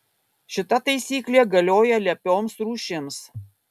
šita taisyklė galioja lepioms rūšims